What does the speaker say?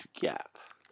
gap